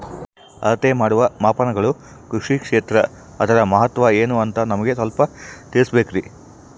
ಅಳತೆ ಮಾಡುವ ಮಾಪನಗಳು ಕೃಷಿ ಕ್ಷೇತ್ರ ಅದರ ಮಹತ್ವ ಏನು ಅಂತ ನಮಗೆ ಸ್ವಲ್ಪ ತಿಳಿಸಬೇಕ್ರಿ?